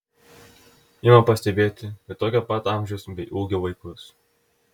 ima pastebėti ir tokio pat amžiaus bei ūgio vaikus